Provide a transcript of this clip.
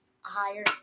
higher